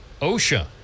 OSHA